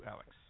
Alex